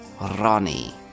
Ronnie